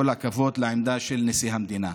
כל הכבוד לעמדה של נשיא המדינה.